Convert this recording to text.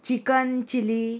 chicken chilly